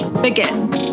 begin